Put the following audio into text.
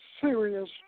serious